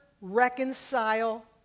reconcile